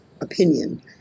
opinion